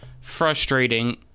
frustrating